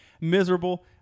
miserable